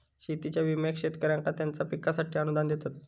शेतीच्या विम्याक शेतकऱ्यांका त्यांच्या पिकांसाठी अनुदान देतत